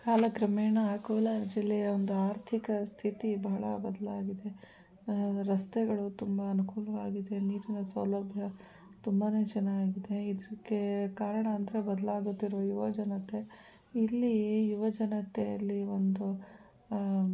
ಕಾಲ ಕ್ರಮೇಣ ಕೋಲಾರ ಜಿಲ್ಲೆಯ ಒಂದು ಆರ್ಥಿಕ ಸ್ಥಿತಿ ಬಹಳ ಬದಲಾಗಿದೆ ರಸ್ತೆಗಳು ತುಂಬ ಅನುಕೂಲವಾಗಿದೆ ನೀರಿನ ಸೌಲಭ್ಯ ತುಂಬನೇ ಚೆನ್ನಾಗಿದೆ ಇದಕ್ಕೆ ಕಾರಣ ಅಂದರೆ ಬದಲಾಗುತ್ತಿರುವ ಯುವ ಜನತೆ ಇಲ್ಲಿ ಯುವ ಜನತೆಯಲ್ಲಿ ಒಂದು